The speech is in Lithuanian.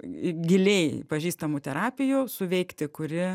giliai pažįstamų terapijų suveikti kuri